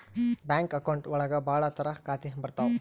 bank account ಒಳಗ ಭಾಳ ತರ ಖಾತೆ ಬರ್ತಾವ್